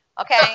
Okay